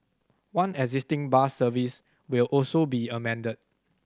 one existing bus service will also be amended